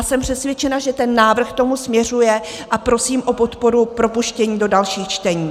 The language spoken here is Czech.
Jsem přesvědčena, že ten návrh k tomu směřuje, a prosím o podporu k propuštění do dalších čtení.